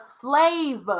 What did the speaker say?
slave